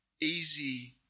easy